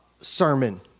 sermon